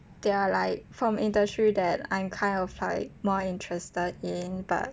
they are like from industry that I'm kind of like more interested in but